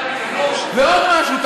ועוד משהו,